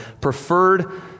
preferred